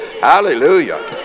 Hallelujah